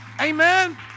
Amen